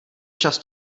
čas